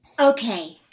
Okay